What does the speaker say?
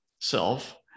self